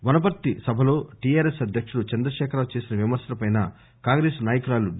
అరుణ వనపర్తి సభలో టిఆర్ఎస్ అధ్యక్తుడు చంద్రశేఖర రావు చేసిన విమర్శల పై కాంగ్రెస్ నాయకురాలు డి